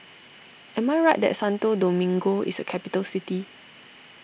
am I right that Santo Domingo is a capital city